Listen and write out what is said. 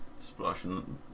Splashing